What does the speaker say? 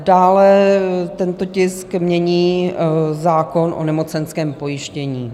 Dále tento tisk mění zákon o nemocenském pojištění.